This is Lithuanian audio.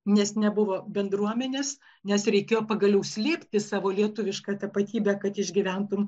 nes nebuvo bendruomenės nes reikėjo pagaliau slėpti savo lietuvišką tapatybę kad išgyventum